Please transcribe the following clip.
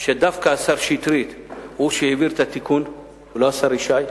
שדווקא השר שטרית הוא שהעביר את התיקון ולא השר ישי.